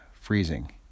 freezing